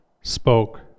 spoke